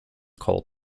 called